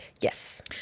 Yes